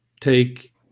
take